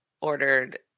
ordered